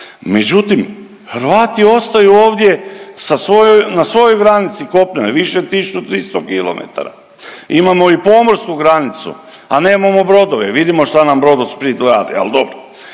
Međutim Hrvati ostaju ovdje sa svojoj, na svojoj granici kopnenoj više od 1.300 km, imamo i pomorsku granicu, a nemamo brodove. Vidimo šta nam Brodosplit radi, ali dobro.